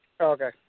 Okay